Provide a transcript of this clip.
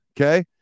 Okay